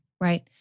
Right